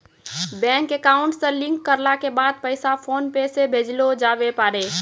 bank account से link करला के बाद पैसा फोनपे से भेजलो जावै पारै